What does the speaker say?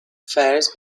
fares